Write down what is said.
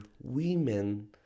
women